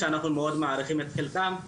שאנחנו מאוד מערכים את חלקם,